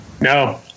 no